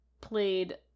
played